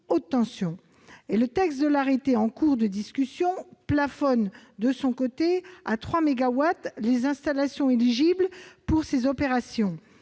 haute tension. Le texte de l'arrêté, en cours de discussion, plafonne de son côté à 3 mégawatts les installations éligibles pour ces opérations.